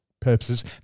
purposes